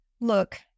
look